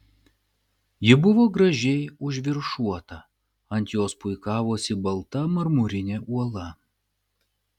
ji buvo gražiai užviršuota ant jos puikavosi balta marmurinė uola